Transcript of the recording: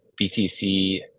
BTC